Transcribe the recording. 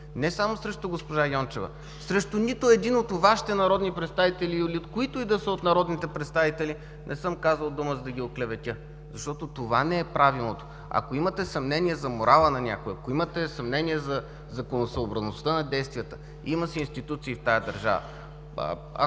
Не само срещу госпожа Йончева, срещу нито един от Вашите народни представители или от които и да са народни представители не съм казал дума, за да ги оклеветя, защото това не е правилното. Ако имате съмнение за морала на някой, ако имате съмнение за законосъобразността на действията, има си институции в тази държава.